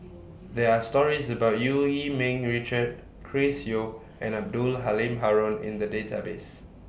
There Are stories about EU Yee Ming Richard Chris Yeo and Abdul Halim Haron in The Database